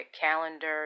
calendar